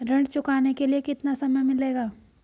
ऋण चुकाने के लिए कितना समय मिलेगा?